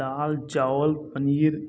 डाल चावल पनीर